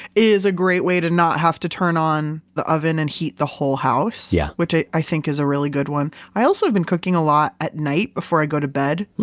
is a great way to not have to turn on the oven and heat the whole house, yeah which i i think is a really good one i also have been cooking a lot at night before i go to bed